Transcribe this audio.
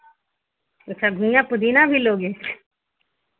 अच्छा घुइयाँ पुदीना भी लोगे